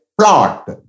plot